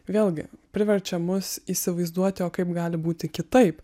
vėlgi priverčia mus įsivaizduoti o kaip gali būti kitaip